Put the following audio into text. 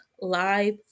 live